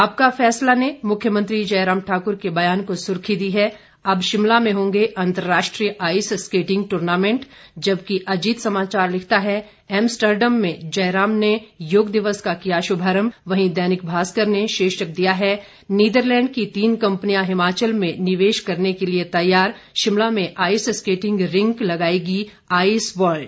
आपका फैसला ने मुख्यमंत्री जयराम ठाक्र के बयान को सुर्खी दी है अब शिमला में होंगे अंतर्राष्ट्रीय आइस स्केटिंग टूर्नामेंट जबकि अजीत समाचार लिखता है एमस्टरडम में जयराम ने योग दिवस का किया श्भारंभ वहीं दैनिक भास्कर ने शीर्षक दिया है नीदरलैंड की तीन कम्पनियां हिमाचल में निवेश करने के लिये तैयार शिमला में आइस स्केटिंग रिंक लगाएगी आइस वर्ल्ड